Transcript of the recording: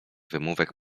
wymówek